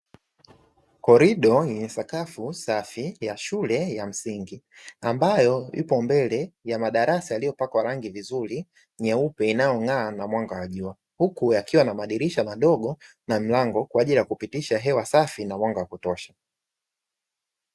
Korido yenye sakafu safi ya shule ya msingi ambayo ipo mbele ya madarasa yaliyopakwa rangi vizuri nyeupe inayong'aa na mwanga wa jua, huku yakiwa na madirisha madogo na mlango kwaajili ya kupitisha hewa na mwanga wakutosha.